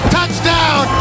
Touchdown